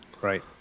Right